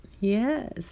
Yes